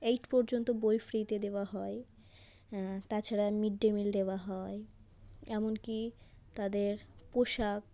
eight পর্যন্ত বই ফ্রিতে দেওয়া হয় তাছাড়া মিড ডে মিল দেওয়া হয় এমনকি তাদের পোশাক